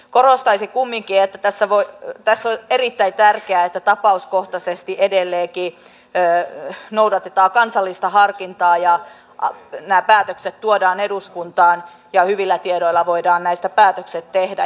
korostaisin kumminkin että tässä on erittäin tärkeää että tapauskohtaisesti edelleenkin noudatetaan kansallista harkintaa ja nämä päätökset tuodaan eduskuntaan ja hyvillä tiedoilla voidaan näistä päätökset tehdä